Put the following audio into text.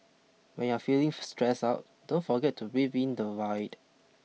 when you are feeling stressed out don't forget to breathe in the void